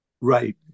Right